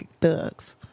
thugs